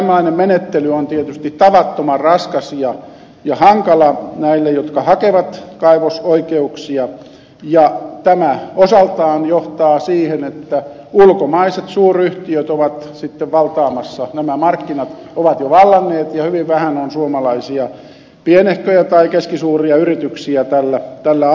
tämmöinen menettely on tietysti tavattoman raskas ja hankala näille jotka hakevat kaivosoikeuksia ja tämä osaltaan johtaa siihen että ulkomaiset suuryhtiöt ovat sitten valtaamassa nämä markkinat ovat jo vallanneet ja hyvin vähän on suomalaisia pienehköjä tai keskisuuria yrityksiä tällä alalla